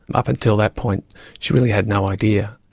up until that point she really had no idea.